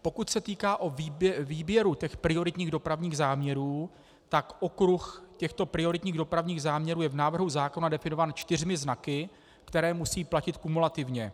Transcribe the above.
Pokud se týká výběru těch prioritních dopravních záměrů, tak okruh těchto prioritních dopravních záměrů je v návrhu zákona definován čtyřmi znaky, které musí platit kumulativně.